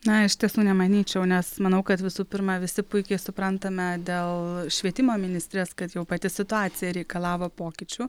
na iš tiesų nemanyčiau nes manau kad visų pirma visi puikiai suprantame dėl švietimo ministrės kad jau pati situacija reikalavo pokyčių